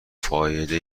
فایده